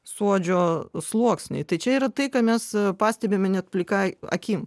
suodžio sluoksniai tai čia yra tai ką mes pastebime net plika akim